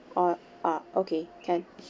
or um okay can